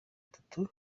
atatu